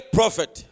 prophet